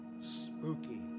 spooky